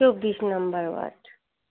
চব্বিশ নম্বর ওয়ার্ড